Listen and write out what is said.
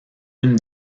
une